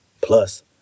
plus